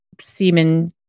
semen